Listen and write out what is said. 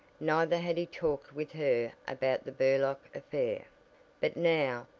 neither had he talked with her about the burlock affair but now,